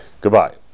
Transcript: Goodbye